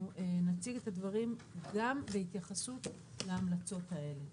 נציג את הדברים גם בהתייחסות להמלצות האלה.